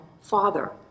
Father